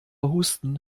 husten